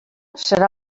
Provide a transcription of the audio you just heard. serà